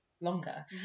longer